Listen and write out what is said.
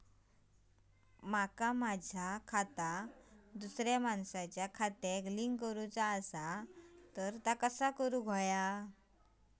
माका माझा खाता दुसऱ्या मानसाच्या खात्याक लिंक करूचा हा ता कसा?